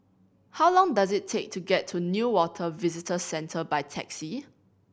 how long does it take to get to Newater Visitor Centre by taxi